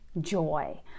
joy